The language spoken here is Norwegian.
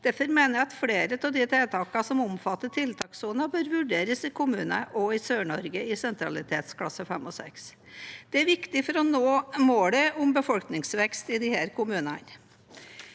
Derfor mener jeg at flere av de tiltakene som omfatter tiltakssonen, bør vurderes også i kommuner i Sør-Norge i sentralitetsklasse 5 og 6. Det er viktig for å nå målet om befolkningsvekst i disse kommunene.